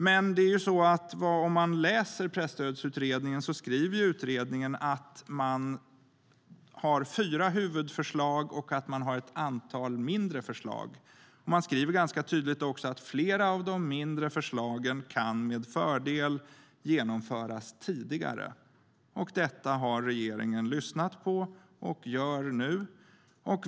Men Presstödsutredningen skriver att man har fyra huvudförslag och ett antal mindre förslag. Man skriver också ganska tydligt att flera av de mindre förslagen med fördel kan genomföras tidigare. Regeringen har lyssnat på detta och gör nu så.